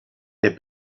der